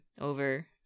over